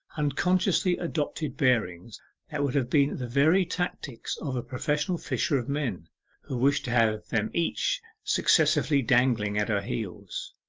unconsciously adopted bearings that would have been the very tactics of a professional fisher of men who wished to have them each successively dangling at her heels.